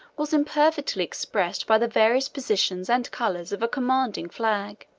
was imperfectly expressed by the various positions and colors of a commanding flag.